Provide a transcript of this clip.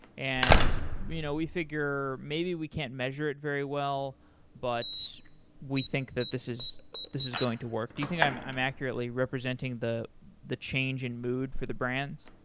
and you know we figure maybe we can't measure it very well but we think that this is this is going to work. do you i'm i'm accurately representing the the change in mood for the brands?